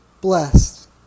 blessed